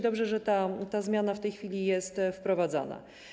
Dobrze, że ta zmiana w tej chwili jest wprowadzana.